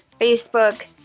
Facebook